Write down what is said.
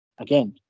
again